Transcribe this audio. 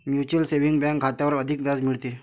mutual saving bank खात्यावर अधिक व्याज मिळते